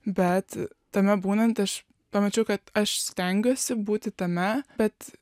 bet tame būnant aš pamačiau kad aš stengiuosi būti tame bet